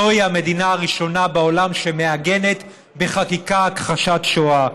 זוהי המדינה הראשונה בעולם שמעגנת בחקיקה הכחשת שואה.